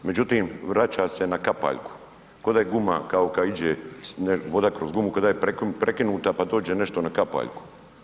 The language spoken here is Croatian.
Međutim, vraća se na kapaljku, kao da je guma, kao kad ide voda kroz gumu, kao da je prekinuta, pa dođe nešto na kapaljku.